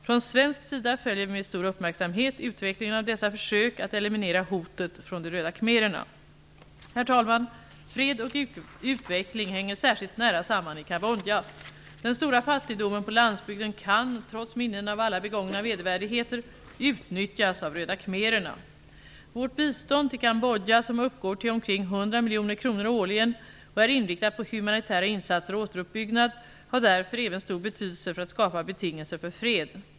Från svensk sida följer vi med stor uppmärksamhet utvecklingen av dessa försök att eliminera hotet från de röda khmererna. Herr talman! Fred och utveckling hänger särskilt nära samman i Kambodja. Den stora fattigdomen på landsbygden kan, trots minnena av alla begångna vedervärdigheter, utnyttjas av Röda khmererna. Vårt bistånd till Kambodja, som uppgår till omkring 100 miljoner kronor årligen och är inriktat på humanitära insatser och återuppbyggnad, har därför även stor betydelse för att skapa betingelser för fred.